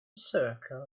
circle